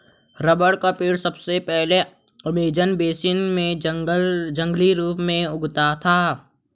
rubber का पेड़ सबसे पहले अमेज़न बेसिन में जंगली रूप से उगता था